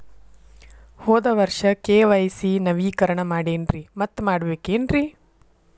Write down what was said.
ಹೋದ ವರ್ಷ ಕೆ.ವೈ.ಸಿ ನವೇಕರಣ ಮಾಡೇನ್ರಿ ಮತ್ತ ಮಾಡ್ಬೇಕೇನ್ರಿ?